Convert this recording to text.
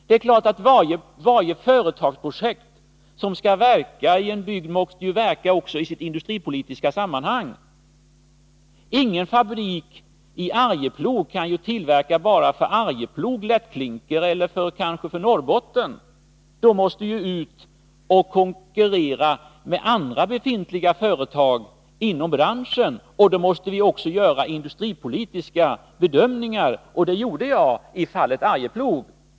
Det är klart att varje företagsprojekt som skall verka i en bygd också måste verka i sitt industripolitiska sammanhang. Ingen fabrik i Arjeplog kan tillverkat.ex. lättklinker för bara Arjeplog eller bara Norrbotten. Fabriken måste ut och konkurrera med andra befintliga företag inom branschen. Då måste man också göra industripolitiska bedömningar, och det gjorde jag i fallet Arjeplog.